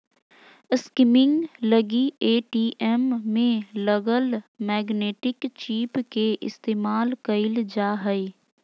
skimming लगी ATM में लगल मैग्नेटिक चिप के इस्तेमाल कइल जा हइ